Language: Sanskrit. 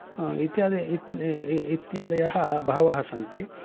इत्यादि इ इ इत्यादयः बहवः सन्ति